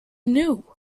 knew